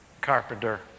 carpenter